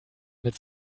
mit